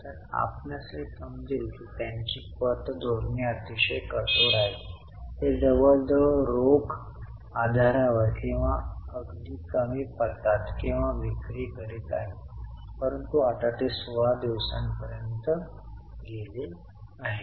तर आपणास हे समजेल की त्यांची पत धोरणे अतिशय कठोर आहेत ते जवळजवळ रोख आधारावर किंवा अगदी कमी पतात विक्री करीत आहेत परंतु आता ते 16 दिवसां पर्यंत गेले आहे